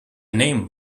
name